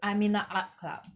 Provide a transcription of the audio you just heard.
I'm in the art club